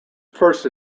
first